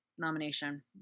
nomination